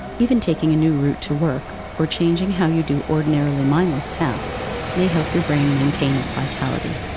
even taking a new route to work, or changing how you do ordinarily mindless tasks may help your brain maintain its vitality.